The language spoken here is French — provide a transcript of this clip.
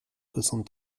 soixante